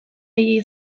hila